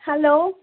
hello